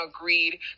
agreed